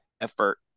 effort